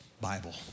Bible